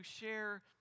share